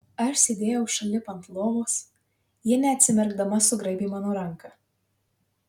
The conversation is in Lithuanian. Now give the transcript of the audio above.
aš sėdėjau šalip ant lovos ji neatsimerkdama sugraibė mano ranką